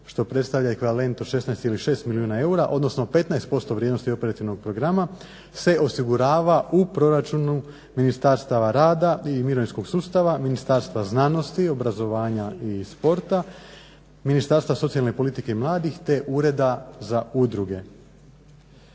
što predstavlja ekvivalent od 16,6 milijuna eura, odnosno 15% vrijednosti operativnog programa se osigurava u proračunu Ministarstva rada i mirovinskog sustava, Ministarstva znanosti, obrazovanja i sporta, Ministarstva socijalne politike i mladih te Ureda za udruge.